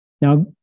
Now